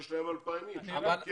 יש להם 2,000 אנשים.